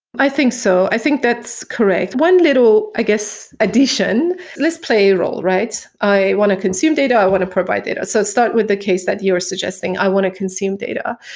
i think so. i think that's correct. one little, i guess, addition. let's play a role, right? i want to consume data. i want to provide data. so start with the case that you're suggesting. i want to consume data.